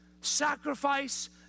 sacrifice